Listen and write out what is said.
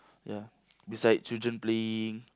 ya beside children playing